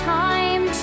time